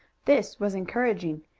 this was encouraging,